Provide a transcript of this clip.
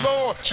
Lord